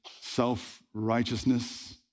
self-righteousness